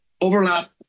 overlap